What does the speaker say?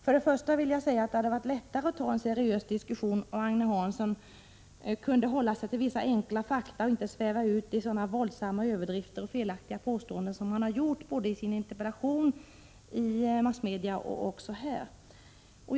För det första vill jag säga att det hade varit lättare att ta en seriös diskussion, om Agne Hansson hade kunnat hålla sig till vissa enkla fakta och inte svävat ut i våldsamma överdrifter och felaktiga påståenden, som han gjort såväl i sin interpellation som i massmedia och här i kammaren.